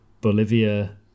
Bolivia